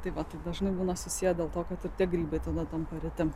tai va taip dažnai būna susieti dėl to kad tie grybai tada tampa reti